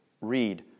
read